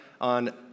on